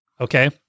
Okay